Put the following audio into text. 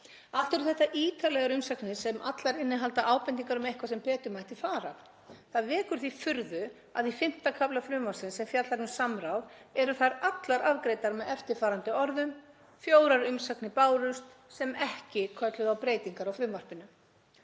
Allt eru þetta ítarlegar umsagnir sem allar innihalda ábendingar um eitthvað sem betur mætti fara. Það vekur því furðu að í 5. kafla greinargerðar frumvarpsins sem fjallar um samráð eru þær allar afgreiddar með eftirfarandi orðum: „Fjórar umsagnir bárust, sem ekki kölluðu á breytingar á frumvarpinu.“